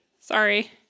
Sorry